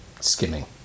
skimming